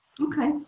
okay